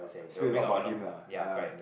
speak a lot about him lah ya